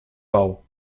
bau